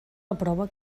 aprova